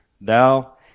thou